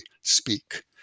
speak